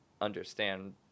understand